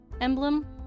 emblem